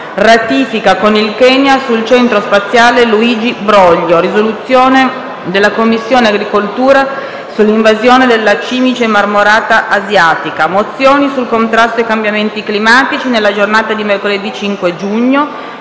ratifica con il Kenya sul Centro spaziale Luigi Broglio; risoluzione della Commissione agricoltura sull'invasione della cimice marmorata asiatica; mozioni sul contrasto ai cambiamenti climatici, nella giornata di mercoledì 5 giugno,